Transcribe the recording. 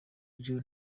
byo